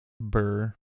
Burr